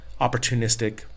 opportunistic